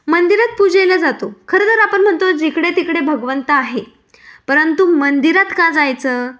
मंदिरात पूजेला जातो खरंतर आपण म्हणतो जिकडेतिकडे भगवंत आहे परंतु मंदिरात का जायचं